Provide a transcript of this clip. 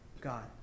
God